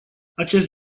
acest